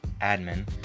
Admin